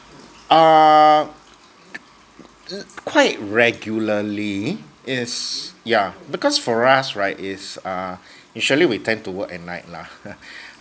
err uh quite regularly is yeah because for us right is uh usually we tend to work at night lah